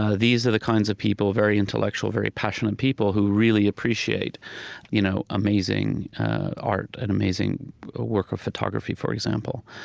these are the kinds of people, very intellectual, very passionate people who really appreciate you know amazing art and amazing work of photography, for example.